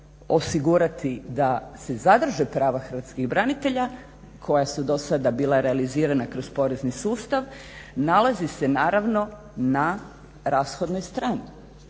osigurati da se zadrže prava hrvatskih branitelja koja su do sada bila realizirana kroz porezni sustav nalazi se naravno na rashodnoj strani.